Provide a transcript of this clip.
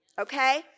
Okay